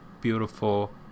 beautiful